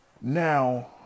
Now